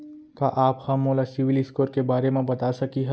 का आप हा मोला सिविल स्कोर के बारे मा बता सकिहा?